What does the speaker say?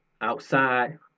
outside